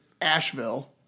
Asheville